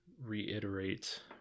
reiterate